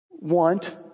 want